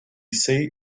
say